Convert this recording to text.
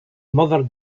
mother